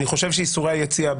אני חושב שאיסורי היציאה,